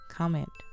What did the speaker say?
comment